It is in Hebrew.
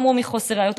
לא אמרו: מחוסר ראיות,